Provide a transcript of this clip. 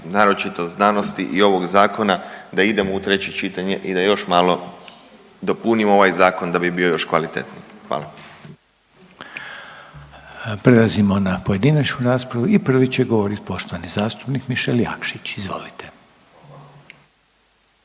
naročito znanosti i ovog Zakona, da idemo u treće čitanje i da još malo dopunimo ovaj zakon da bi bio još kvalitetniji. Hvala. **Reiner, Željko (HDZ)** Prelazimo na pojedinačnu raspravu i prvi će govoriti poštovani zastupnik Mišel Jakšić, izvolite.